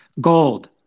gold